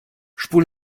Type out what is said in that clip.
spul